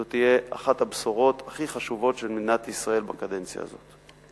זו תהיה אחת הבשורות הכי חשובות של מדינת ישראל בקדנציה הזאת.